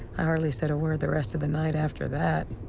i hardly said a word the rest of the night after that.